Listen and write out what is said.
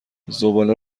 زباله